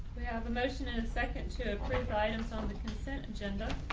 we have a motion in a second to raise items on the consent agenda.